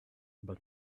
but